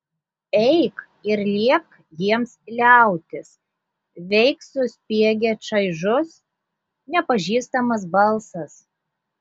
eik ir liepk jiems liautis veik suspiegė čaižus nepažįstamas balsas